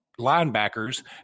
linebackers